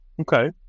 Okay